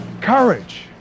Courage